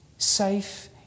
Safe